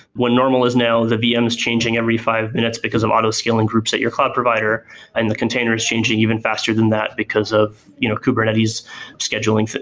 when normal is now the vm is changing every five minutes before of auto-scaling groups at your cloud providers and the container is changing even faster than that because of you know kubernetes scheduling,